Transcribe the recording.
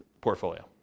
portfolio